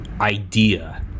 idea